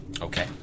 Okay